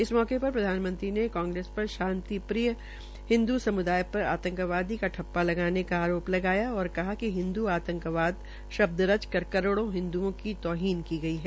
इस मौके पर प्रधानमंत्री ने कांग्रेस पर शांति प्रिय हिन्दू सम्दाय पर आतंकवादी का ठप्पा लगाने का आरोप लगाया और कहा कि हिन्दू आतंकवाद शब्द रचकर करोड़ा हिन्दूओं का तौहीन की गई है